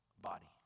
body